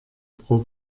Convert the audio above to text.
pro